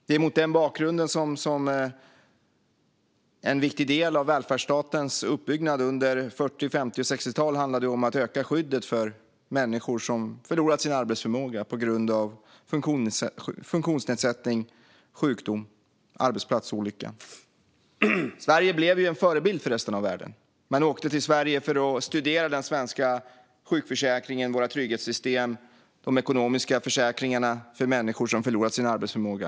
Det är mot den bakgrunden en viktig del av välfärdsstatens uppbyggnad under 40, 50 och 60-talen handlade om att öka skyddet för människor som förlorat sin arbetsförmåga på grund av funktionsnedsättning, sjukdom eller arbetsplatsolycka. Sverige blev en förebild för resten av världen. Man åkte till Sverige för att studera den svenska sjukförsäkringen, våra trygghetssystem och de ekonomiska försäkringarna för människor som förlorat sin arbetsförmåga.